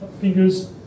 fingers